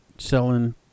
selling